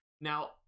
now